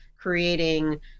creating